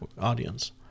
audience